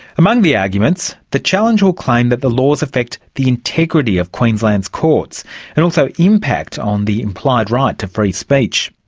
among the arguments, the challenge will claim that the laws affect the integrity of queensland's courts and also impact on the implied right to free speech.